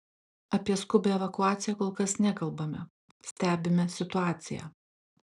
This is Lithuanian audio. apie skubią evakuaciją kol kas nekalbame stebime situaciją